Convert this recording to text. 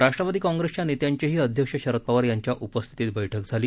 राष्ट्रवादी काँग्रेसच्या नेत्यांचीही अध्यक्ष शरद पवार यांच्या उपस्थितीत बैठक झाली